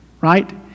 right